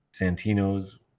Santino's